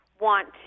want